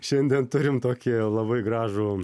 šiandien turim tokį labai gražų